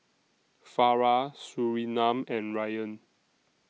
Farah Surinam and Ryan